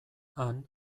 han